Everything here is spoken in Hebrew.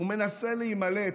הוא מנסה להימלט,